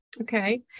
Okay